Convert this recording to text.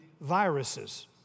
viruses